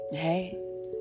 Hey